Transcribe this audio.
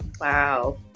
Wow